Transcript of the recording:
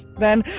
then,